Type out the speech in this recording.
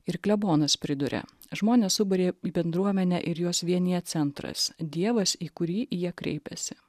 ir klebonas priduria žmones suburia bendruomenę ir juos vienija centras dievas į kurį jie kreipiasi